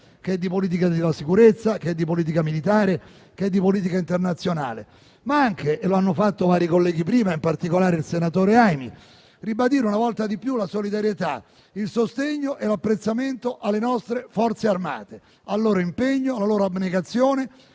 grazie a tutte